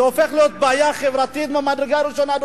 זה הופך להיות בעיה חברתית ממדרגה ראשונה.